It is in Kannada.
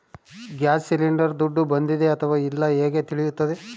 ಗ್ಯಾಸ್ ಸಿಲಿಂಡರ್ ದುಡ್ಡು ಬಂದಿದೆ ಅಥವಾ ಇಲ್ಲ ಹೇಗೆ ತಿಳಿಯುತ್ತದೆ?